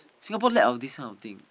Singapore lack of this kind of thing